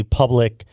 public